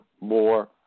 more